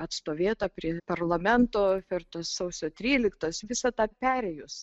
atstovėta prie parlamento per tas sausio tryliktas visą tą perėjus